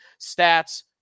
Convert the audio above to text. stats